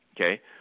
okay